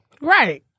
Right